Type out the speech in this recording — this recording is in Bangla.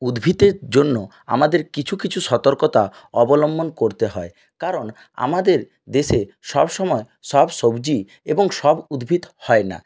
উদ্ভিদের জন্য আমাদের কিছু কিছু সতর্কতা অবলম্বন করতে হয় কারণ আমাদের দেশে সবসময় সব সবজি এবং সব উদ্ভিদ হয় না